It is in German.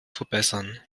verbessern